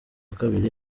kabiri